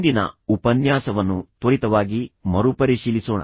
ಹಿಂದಿನ ಉಪನ್ಯಾಸವನ್ನು ತ್ವರಿತವಾಗಿ ಮರುಪರಿಶೀಲಿಸೋಣ